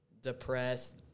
depressed